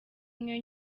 umwe